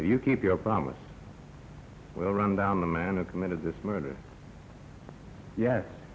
you keep your promise we'll run down the man who committed this murder yes